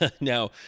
now